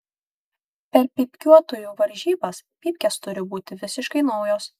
per pypkiuotojų varžybas pypkės turi būti visiškai naujos